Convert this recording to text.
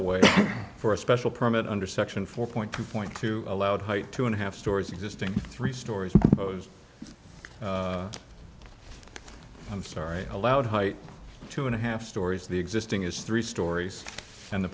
galloway for a special permit under section four point two point two allowed height two and a half stories existing three stories posed i'm sorry allowed height two and a half stories the existing is three stories and the